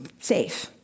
safe